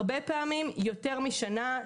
הרבה פעמים יותר משנה,